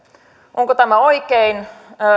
onko tämä oikein